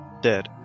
Dead